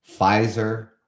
Pfizer